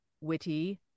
witty